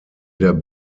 der